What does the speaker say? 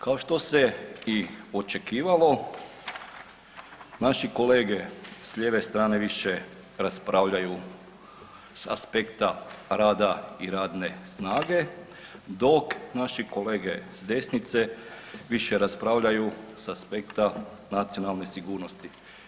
Kao što se i očekivalo, naši kolege s lijeve strane više raspravljaju s aspekta rada i radne snage, dok naši kolege s desnice više raspravljaju s aspekta nacionalne sigurnosti.